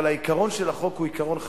אבל העיקרון של החוק הוא עיקרון חשוב,